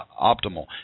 Optimal